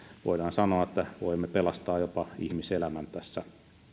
voidaan sanoa että voimme pelastaa jopa ihmiselämän tässä